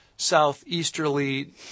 Southeasterly